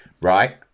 right